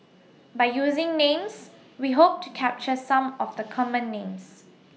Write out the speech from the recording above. By using Names such We Hope to capture Some of The Common Names